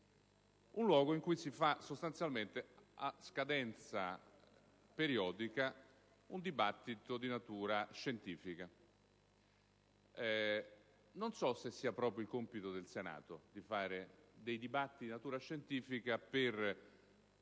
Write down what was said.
un luogo in cui si svolge a scadenza periodica un dibattito di natura scientifica. Non so se sia proprio compito del Senato fare dibattiti di natura scientifica per